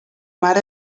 mar